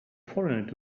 foreigner